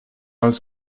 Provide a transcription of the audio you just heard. was